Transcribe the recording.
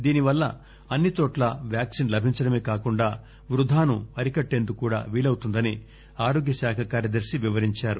దీనివల్ల అన్నిచోట్లా వ్యాక్పిన్ లభించడమే గాకుండా వృధా అరికట్టేందుకు కుడా వీలవుతుందని ఆరోగ్య శాఖ కార్యదర్శి వివరించారు